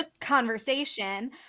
conversation